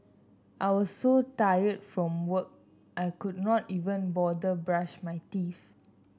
I was so tired from work I could not even bother brush my teeth